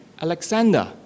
Alexander